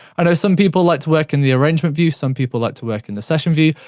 i know some people like to work in the arrangement view, some people like to work in the session view.